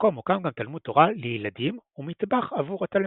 במקום הוקם גם תלמוד תורה לילדים ומטבח עבור התלמידים.